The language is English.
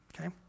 okay